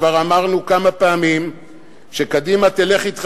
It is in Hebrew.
כבר אמרנו כמה פעמים שקדימה תלך אתך